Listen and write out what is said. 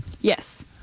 Yes